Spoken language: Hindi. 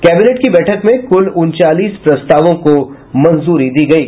कैबिनेट की बैठक में कुल उनचालीस प्रतावों को मंजूरी दी गयी